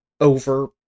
over